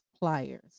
pliers